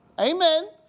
Amen